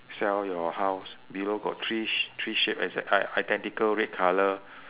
sell your house below got three sh~ three shape as an i~ identical red colour